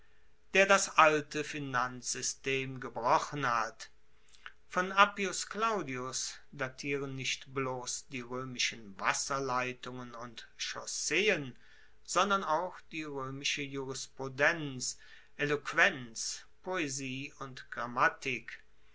der das alte finanzsystem gebrochen hat von appius claudius datieren nicht bloss die roemischen wasserleitungen und chausseen sondern auch die roemische jurisprudenz eloquenz poesie und grammatik